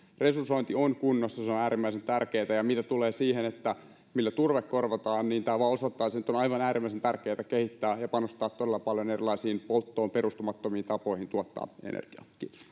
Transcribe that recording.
resursointi ovat kunnossa se on äärimmäisen tärkeätä mitä tulee siihen millä turve korvataan niin tämä vain osoittaa sen että nyt on aivan äärimmäisen tärkeätä kehittää ja panostaa todella paljon erilaisiin polttoon perustumattomiin tapoihin tuottaa energiaa